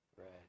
Right